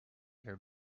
her